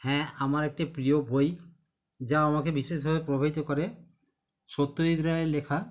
হ্যাঁ আমার একটি প্রিয় বই যা আমাকে বিশেষভাবে প্রভাবিত করে সত্যজিৎ রায়ের লেখা